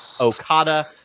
Okada